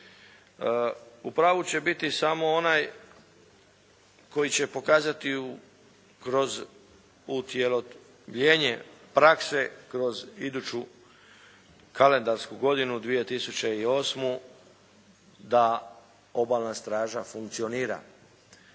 U pravu će biti samo onaj koji će pokazati kroz utjelovljenje prakse kroz iduću kalendarsku godinu 2008. da obalna straža funkcionira.